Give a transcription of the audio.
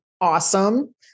awesome